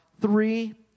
three